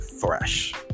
fresh